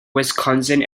wisconsin